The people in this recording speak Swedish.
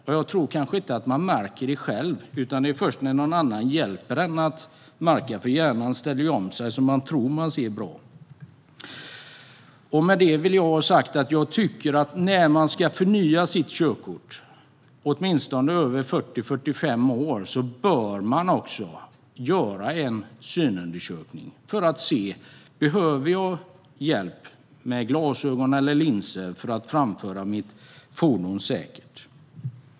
Ofta märker man det inte själv, utan det blir först när någon annan hjälper en att märka, för hjärnan ställer ju om sig så att man tror att man ser bra. Jag tycker att man när man ska förnya sitt körkort, åtminstone när man är över 40-45 år, också bör göra en synundersökning för att få veta om man behöver hjälp med glasögon eller linser för att framföra sitt fordon säkert.